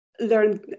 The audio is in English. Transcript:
learn